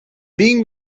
being